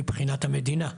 מבחינת המדינה.